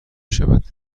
شود